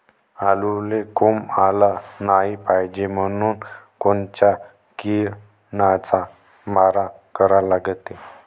आलूले कोंब आलं नाई पायजे म्हनून कोनच्या किरनाचा मारा करा लागते?